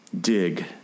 dig